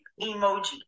emoji